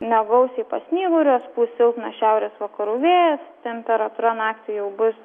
negausiai pasnyguriuos pūs silpnas šiaurės vakarų vėjas temperatūra naktį jau bus